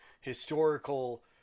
historical